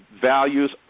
values